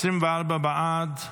24 בעד,